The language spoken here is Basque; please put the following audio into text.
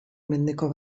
mendeko